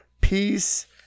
peace